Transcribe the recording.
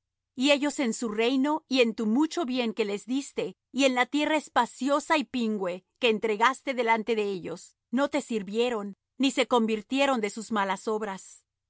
y ellos en su reino y en tu mucho bien que les diste y en la tierra espaciosa y pingüe que entregaste delante de ellos no te sirvieron ni se convirtieron de sus malas obras